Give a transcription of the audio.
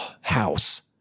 house